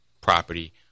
property